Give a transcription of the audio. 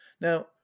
now